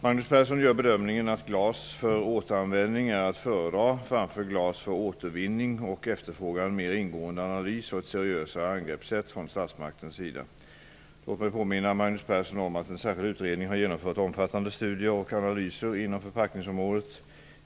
Magnus Persson gör bedömningen att glas för återanvändning är att föredra framför glas för återvinning och efterfrågar en mer ingående analys och ett seriösare angreppssätt från statsmaktens sida. Låt mig påminna Magnus Persson om att en särskild utredning har genomfört omfattande studier och analyser inom förpackningsområdet.